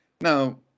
Now